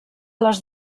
les